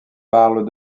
parle